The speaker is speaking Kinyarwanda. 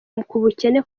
bukene